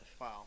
Wow